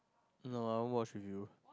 no I won't watch with you